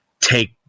take